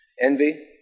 Envy